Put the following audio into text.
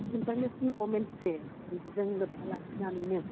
international women's day बेजों लोब्बा लाखिनानैनो